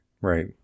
Right